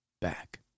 back